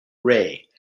ray